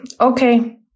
okay